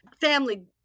family